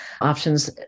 options